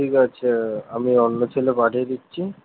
ঠিক আছে আমি অন্য ছেলে পাঠিয়ে দিচ্ছি